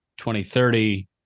2030